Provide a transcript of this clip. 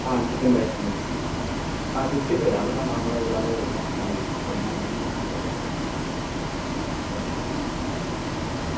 ஆ chicken ரைஸ்ஸும் இருக்குது ஆ சிக்ஸ்ட்டி ஃபைவ் அதெல்லாம் நார்மலாக எல்லாமே இருக்கும் உங்களுக்கு என்ன வேணுமோ உடனே கிடச்சிடும் ஆ